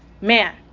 Man